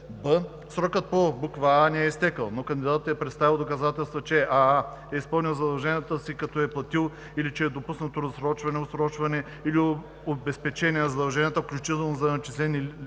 б) срокът по буква „а“ не е изтекъл, но кандидатът е представил доказателства, че: аа) е изпълнил задълженията си, като е платил, или че е допуснато разсрочване, отсрочване или обезпечение на задълженията, включително за начислени лихви